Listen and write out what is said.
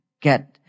get